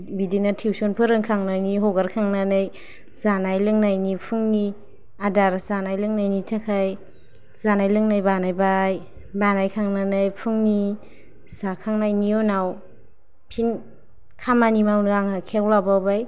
बिदिनो टिउशन फोरोंखांनानै हगारखांनानै जानाय लोंनायनि फुंनि आदार जानाय लोंनायनि थाखाय जानाय लोंनाय बानायबाय बानायखांनानै फुंनि जाखांनायनि उनाव फिन खामानि मावनो आं आखाइयाव लाबावबाय